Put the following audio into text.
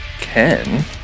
Ken